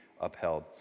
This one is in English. upheld